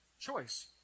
Choice